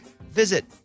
visit